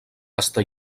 està